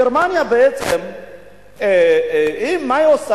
גרמניה, מה היא עושה?